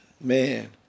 man